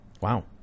Wow